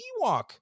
Ewok